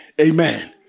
Amen